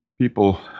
people